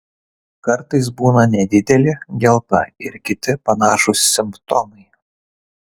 kartais būna nedidelė gelta ir kiti panašūs simptomai